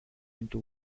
into